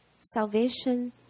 salvation